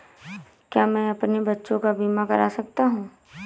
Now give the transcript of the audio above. क्या मैं अपने बच्चों का बीमा करा सकता हूँ?